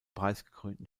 preisgekrönten